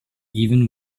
even